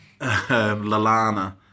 Lalana